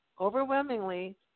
overwhelmingly